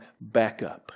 backup